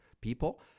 people